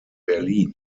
berlin